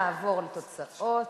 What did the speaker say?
ונעבור לתוצאות: